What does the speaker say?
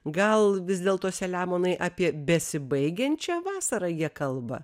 gal vis dėlto selemonai apie besibaigiančią vasarą jie kalba